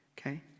Okay